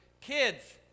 Kids